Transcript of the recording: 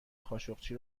خاشقچی